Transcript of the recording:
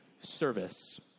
service